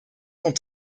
sont